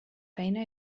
feina